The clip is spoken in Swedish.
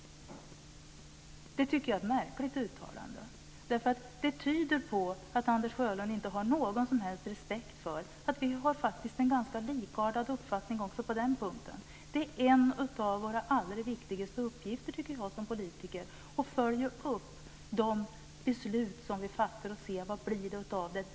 Det tycker jag är ett märkligt uttalande. Det tyder på att Anders Sjölund inte har någon som helst respekt för att vi har en ganska likartad uppfattning också på den punkten. Det är en av våra allra viktigaste uppgifter som politiker att följa upp de beslut vi fattar och se vad det blir av det.